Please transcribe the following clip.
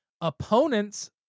opponent's